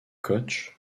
koch